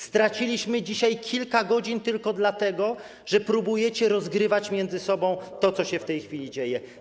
Straciliśmy dzisiaj kilka godzin tylko dlatego, że próbujecie rozgrywać między sobą to, co się w tej chwili dzieje.